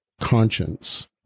conscience